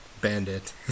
bandit